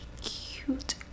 cute